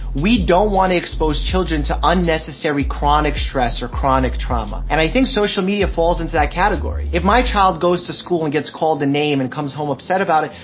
we don't want to expose children to unnecessary chronic stress or chronic trauma. and i think social media falls into that category. if my child goes to school and gets called a name and comes home upset about it,